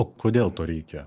o kodėl to reikia